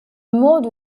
monde